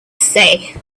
say